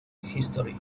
history